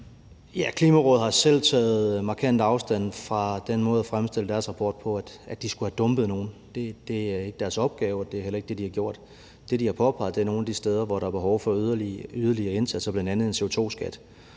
Klimarådet har selv taget markant afstand fra den måde at fremstille deres rapport på, at de skulle have dumpet nogen. Det er ikke deres opgave, og det er heller ikke det, de har gjort. Det, de har påpeget, er, at der nogle steder er behov for yderligere indsatser, bl.a. en CO2-skat.